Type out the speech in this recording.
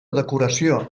decoració